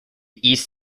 east